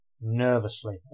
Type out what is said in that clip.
nervously